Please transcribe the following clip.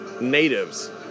natives